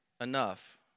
enough